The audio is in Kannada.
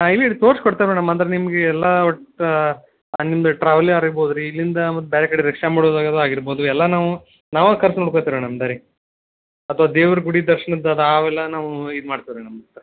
ಹಾಂ ಇಲ್ಲಿ ಇದು ತೋರ್ಸ್ಕೊಡ್ತೇವಿ ಮೇಡಮ್ ಅಂದ್ರೆ ನಿಮಗೆ ಎಲ್ಲ ಒಟ್ಟು ಅಲ್ಲಿಂದ ಟ್ರಾವೆಲ್ಲೇ ಆಗಿರ್ಬೌದು ರೀ ಇಲ್ಲಿಂದ ಮತ್ತೆ ಬೇರೆ ಕಡೆ ರಿಕ್ಷಾ ಮಾಡುದಾಗೋದು ಆಗಿರ್ಬೋದು ಎಲ್ಲ ನಾವು ನಾವೇ ಖರ್ಚು ನೋಡ್ಕೋತೀವಿ ರೀ ನಮ್ದೇ ರೀ ಅಥವಾ ದೇವ್ರ ಗುಡಿ ದರ್ಶನದ್ದದ ಅವೆಲ್ಲ ನಾವು ಇದು ಮಾಡ್ತೇವೆ ರೀ ನಮ್ದು